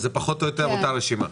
זה פחות או יותר אותה רשימה.